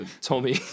Tommy